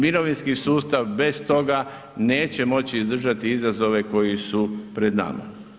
Mirovinski sustav bez toga neće moći izdržati izazove koji su pred nama.